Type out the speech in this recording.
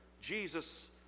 Jesus